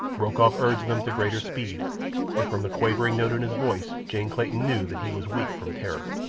rokoff urged them to greater speed, and from the quavering note in his voice jane clayton knew that he was weak from terror.